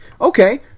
Okay